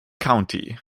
county